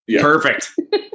Perfect